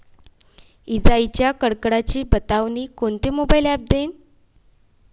इजाइच्या कडकडाटाची बतावनी कोनचे मोबाईल ॲप देईन?